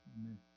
Amen